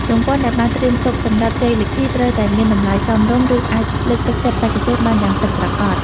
រង្វាន់ដែលបានត្រៀមទុកសម្រាប់ជ័យលាភីត្រូវតែមានតម្លៃសមរម្យ ឬ អាចលើកទឹកចិត្តបេក្ខជនបានយ៉ាងពិតប្រាកដ។